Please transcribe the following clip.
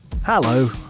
Hello